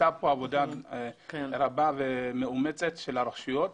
נעשתה כאן עבודה רבה ומאומצת של הרשויות,